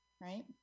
right